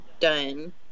done